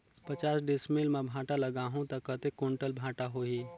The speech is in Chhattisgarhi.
पचास डिसमिल मां भांटा लगाहूं ता कतेक कुंटल भांटा होही?